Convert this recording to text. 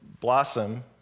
blossom